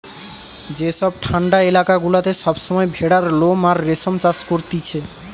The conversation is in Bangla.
যেসব ঠান্ডা এলাকা গুলাতে সব সময় ভেড়ার লোম আর রেশম চাষ করতিছে